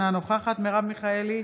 אינה נוכחת מרב מיכאלי,